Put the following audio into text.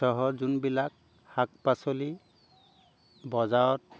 চহৰত যোনবিলাক শাক পাচলি বজাৰত